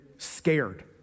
Scared